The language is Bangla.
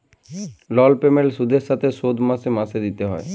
লল পেমেল্ট সুদের সাথে শোধ মাসে মাসে দিতে হ্যয়